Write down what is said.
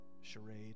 charade